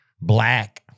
black